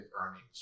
earnings